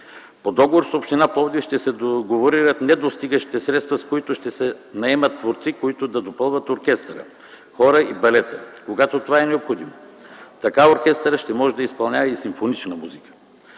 С община Пловдив ще се договорират недостигащите средства, с които ще се наемат творци, които да допълват оркестъра – хора и балети, когато това е необходимо. Така оркестърът ще може да изпълнява и симфонична музика.